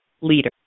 leader